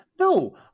No